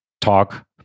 talk